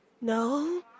No